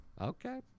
Okay